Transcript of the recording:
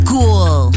Cool